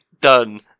done